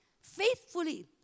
faithfully